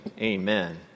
amen